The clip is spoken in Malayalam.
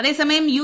അതേസമയം യു